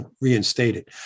reinstated